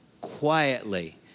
quietly